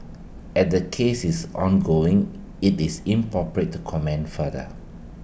as the case is ongoing IT is inappropriate to comment further